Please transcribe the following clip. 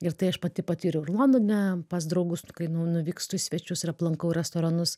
ir tai aš pati patyriau ir londone pas draugus nu kai nu nuvykstu į svečius ir aplankau restoranus